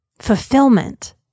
fulfillment